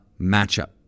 matchup